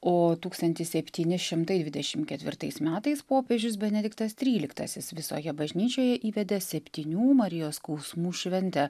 o tūkstantis septyni šimtai dvidešimt ketvirtais metais popiežius benediktas tryliktasis visoje bažnyčioje įvedė septynių marijos skausmų šventę